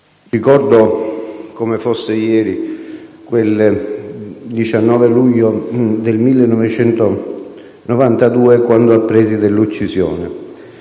Ricordo come fosse ieri quel 19 luglio del 1992, quando appresi dell'uccisione.